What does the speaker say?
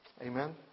Amen